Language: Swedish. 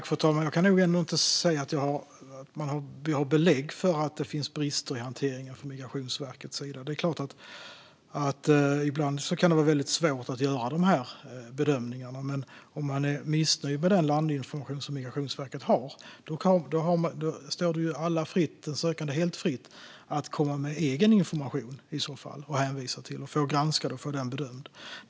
Fru talman! Jag kan nog ändå inte se att det finns belägg för att det finns brister i hanteringen från Migrationsverkets sida. Det är klart att det ibland kan vara väldigt svårt att göra de här bedömningarna. Men om man är missnöjd med den landinformation som Migrationsverket har står det i så fall den sökande helt fritt att hänvisa till egen information och få den granskad och bedömd.